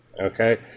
okay